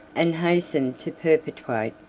and hastened to perpetuate,